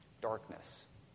Darkness